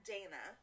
Dana